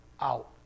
out